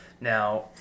now